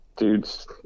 Dudes